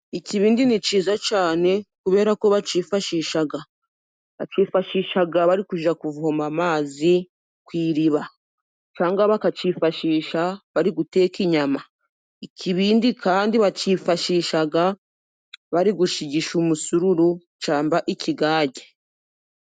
Ikibindi ni cyiza cyane kubera ko bacyifashisha bari kujya kuvoma amazi ku iriba, cyangwa bakacyifashisha bari guteka inyama. Ikibindi kandi bacyifashisha bari gushigisha umusururu, cyangwa ikigage.